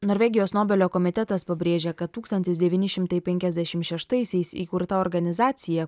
norvegijos nobelio komitetas pabrėžia kad tūkstantis devyni šimtai penkiasdešim šeštaisiais įkurta organizacija